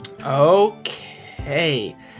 Okay